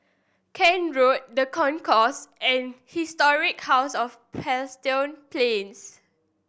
Kent Road The Concourse and Historic House of Plains